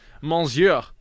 Monsieur